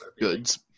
goods